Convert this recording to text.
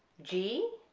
g,